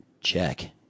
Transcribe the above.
check